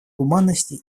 гуманности